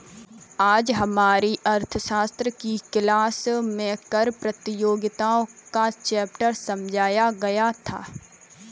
आज हमारी अर्थशास्त्र की क्लास में कर प्रतियोगिता का चैप्टर समझाया गया था